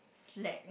slack